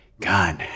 God